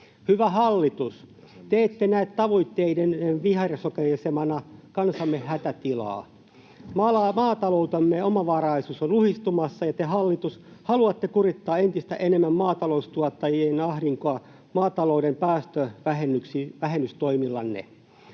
Hyvä hallitus! Te ette näe tavoitteiden vihersokaisemana kansamme hätätilaa. Maataloutemme omavaraisuus on luhistumassa, ja te, hallitus, haluatte kurittaa entistä enemmän maataloustuottajien ahdinkoa maatalouden päästövähennystoimillanne.